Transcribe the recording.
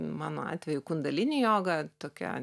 mano atveju kundalini joga tokia